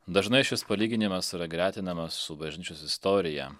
dažnai šis palyginimas yra gretinamas su bažnyčios istorija